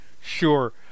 Sure